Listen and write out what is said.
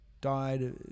died